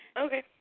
Okay